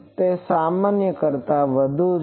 તો તે સામાન્ય કરતાં વધુ